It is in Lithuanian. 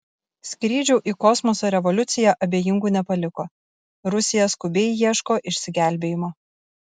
skrydžių į kosmosą revoliucija abejingų nepaliko rusija skubiai ieško išsigelbėjimo